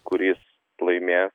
kuris laimės